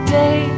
day